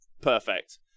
Perfect